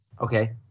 Okay